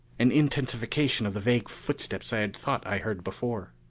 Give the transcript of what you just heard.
an intensification of the vague footsteps i had thought i heard before.